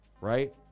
Right